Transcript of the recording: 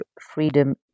freedom